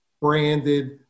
branded